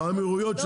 באמירויות,